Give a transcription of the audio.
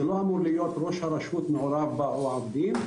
זה לא אמור להיות שראש הרשות מעורב בה או העובדים,